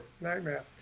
Nightmare